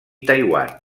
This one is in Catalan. taiwan